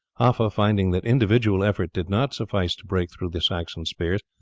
haffa, finding that individual effort did not suffice to break through the saxon spears,